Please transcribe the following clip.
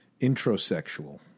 introsexual